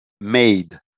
made